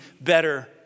better